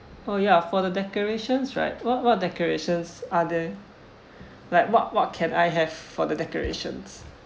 oh ya for the decorations right what what decorations are there like what what can I have for the decorations